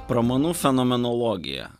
pramanų fenomenologija